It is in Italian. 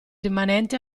rimanente